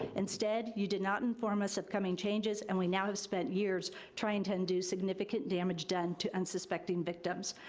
instead, you did not inform us of coming changes, and we now have spent years trying to undo significant damage done to unsuspecting victims.